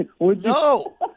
No